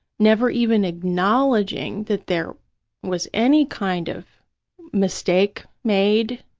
never even acknowledging that there was any kind of mistake made,